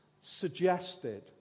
suggested